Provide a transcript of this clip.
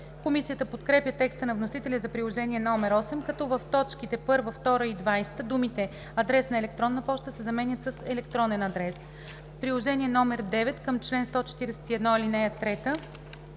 Комисията подкрепя текста на вносителя за Приложение № 8 като в точки 1, 2 и 20 думите „адрес на електронна поща“ се заменят с „електронен адрес“. Приложение № 9 към чл. 141, ал. 3.